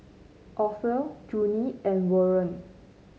Othel Junie and Warren